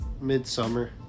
midsummer